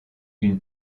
une